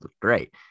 Great